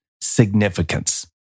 significance